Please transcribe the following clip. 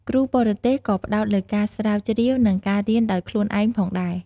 គ្រូបរទេសក៏ផ្តោតលើការស្រាវជ្រាវ និងការរៀនដោយខ្លួនឯងផងដែរ។